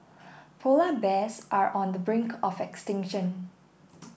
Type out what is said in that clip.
polar bears are on the brink of extinction